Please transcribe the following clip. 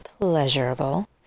pleasurable